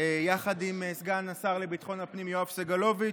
יחד עם סגן השר לביטחון הפנים יואב סגלוביץ',